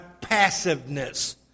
passiveness